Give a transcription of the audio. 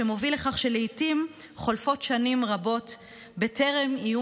שמוביל לכך שלעיתים חולפות שנים רבות בטרם יהיו